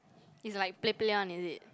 is like play play one is it